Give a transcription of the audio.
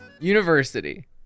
University